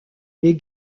les